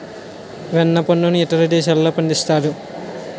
వెన్న పండును ఇతర దేశాల్లో పండిస్తారు